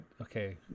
Okay